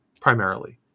primarily